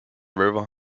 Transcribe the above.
river